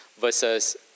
versus